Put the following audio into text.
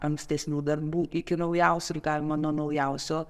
ankstesnių darbų iki naujausių ir galima nuo naujausio